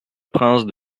prince